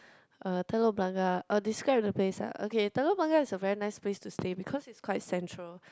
uh Telok Blangah orh describe the place ah okay Telok Blangah is a very nice place to stay because it's quite central